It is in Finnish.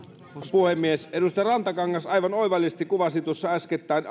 puhemies edustaja rantakangas aivan oivallisesti kuvasi tuossa äskettäin